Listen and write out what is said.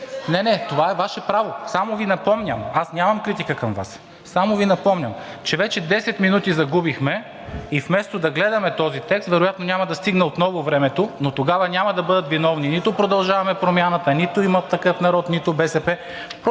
Не, не! Това е Ваше право! Аз само Ви напомням, аз нямам критика към Вас. Само Ви напомням, че вече 10 минути загубихме и вместо да гледаме този текст, вероятно времето отново няма да стигне, но тогава няма да бъдат виновни нито „Продължаваме Промяната“, нито „Има такъв народ“, нито от БСП.